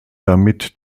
damit